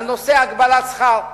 על נושא הגבלת שכר מנהלים.